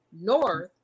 north